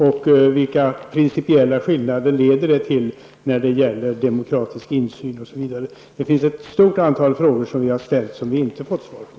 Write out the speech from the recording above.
Vilka principiella skillnader leder det till i fråga om demokratisk insyn osv.? Det finns ett stort antal frågor som vi har ställt men inte fått svar på.